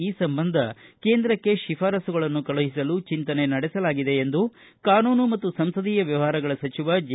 ಈ ಸಂಬಂಧ ಕೇಂದ್ರಕ್ಕೆ ಶಿಫಾರಸ್ಸುಗಳನ್ನು ಕಳುಹಿಸಲು ಚಿಂತನೆ ನಡೆಸಲಾಗಿದೆ ಎಂದು ಕಾನೂನು ಮತ್ತು ಸಂಸದೀಯ ವ್ಯವಹಾರಗಳ ಸಚಿವ ಜೆ